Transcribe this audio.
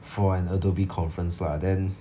for an Adobe conference lah then